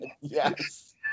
Yes